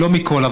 לא מכל,